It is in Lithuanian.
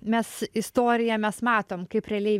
mes istoriją mes matom kaip realiai